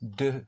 de